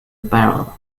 barrel